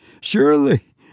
SURELY